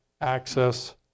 access